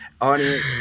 Audience